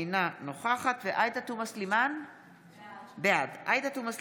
אינה נוכחת עאידה תומא סלימאן,